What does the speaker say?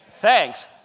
thanks